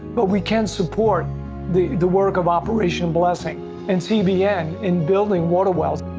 but we can support the the work of operation blessing and cbn and building water wells.